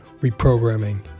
Reprogramming